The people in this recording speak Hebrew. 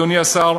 אדוני השר,